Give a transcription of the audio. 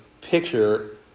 picture